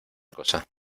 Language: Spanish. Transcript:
cosa